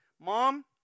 Mom